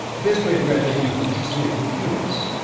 the best way to grab their minds is to make them curious.